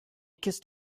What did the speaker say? kissed